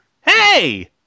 Hey